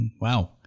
Wow